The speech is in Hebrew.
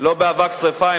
לא באבק שרפה.